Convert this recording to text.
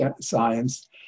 science